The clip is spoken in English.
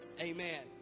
Amen